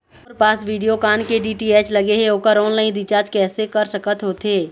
मोर पास वीडियोकॉन के डी.टी.एच लगे हे, ओकर ऑनलाइन रिचार्ज कैसे कर सकत होथे?